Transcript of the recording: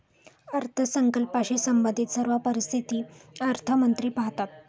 अर्थसंकल्पाशी संबंधित सर्व परिस्थिती अर्थमंत्री पाहतात